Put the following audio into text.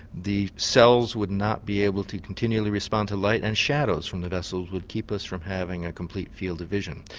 the cells would not be able to continually respond to light, and shadows from the vessels would keep us from having a complete field of vision.